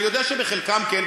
אני יודע שבחלקם כן,